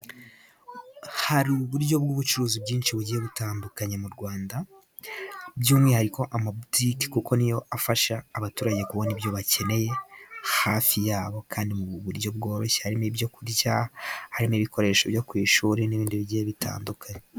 Hari uburyo bw'ubucuruzi bwinshi bugiye butandukanye mu Rwanda by'umwihariko amabutike, kuko ni yo afasha abaturage kubona ibyo bakeneye hafi yabo kandi mu buryo bworoshye harimo ibyo kurya, harimo n'ibikoresho byo ku ishuri , n'ibindi bigiye bitandukanye.